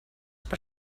per